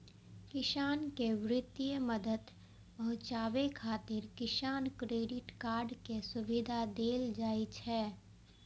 किसान कें वित्तीय मदद पहुंचाबै खातिर किसान क्रेडिट कार्ड के सुविधा देल जाइ छै